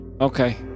Okay